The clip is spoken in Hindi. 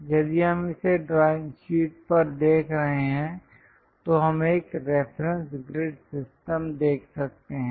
यदि हम इसे ड्राइंग शीट पर देख रहे हैं तो हम एक रेफरेंस ग्रिड सिस्टम देख सकते हैं